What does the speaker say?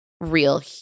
real